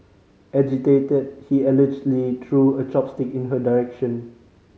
agitated he allegedly threw a chopstick in her direction